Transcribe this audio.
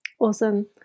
awesome